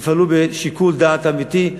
תפעלו בשיקול דעת אמיתי.